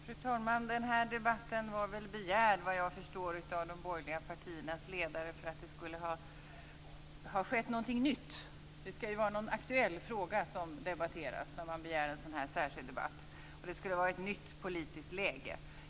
Fru talman! Den här debatten begärdes, såvitt jag förstår, av borgerliga partiers ledare därför att det hade skett någonting nytt. Det skall ju vara någon aktuell fråga som debatteras när man begär en särskild debatt, och det skall vara ett nytt politiskt läge.